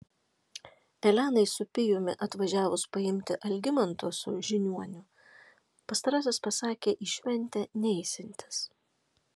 elenai su pijumi atvažiavus paimti algimanto su žiniuoniu pastarasis pasakė į šventę neisiantis